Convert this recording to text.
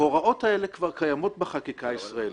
ההוראות האלה כבר קיימות בחקיקה הישראלית.